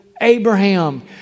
Abraham